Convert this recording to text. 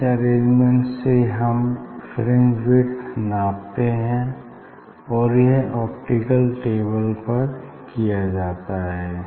इस अरेंजमेंट से हम फ्रिंज विड्थ नापते हैं और यह ऑप्टिकल टेबल पर किया जाता है